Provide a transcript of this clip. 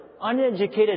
uneducated